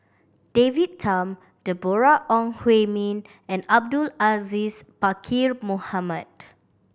David Tham Deborah Ong Hui Min and Abdul Aziz Pakkeer Mohamed